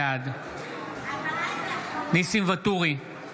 בעד ניסים ואטורי,